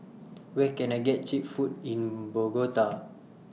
Where Can I get Cheap Food in Bogota